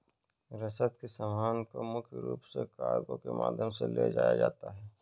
रसद के सामान को मुख्य रूप से कार्गो के माध्यम से ले जाया जाता था